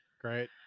Great